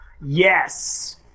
Yes